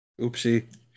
oopsie